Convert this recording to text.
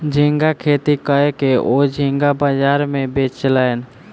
झींगा खेती कय के ओ झींगा बाजार में बेचलैन